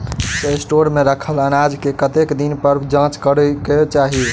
Store मे रखल अनाज केँ कतेक दिन पर जाँच करै केँ चाहि?